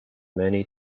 many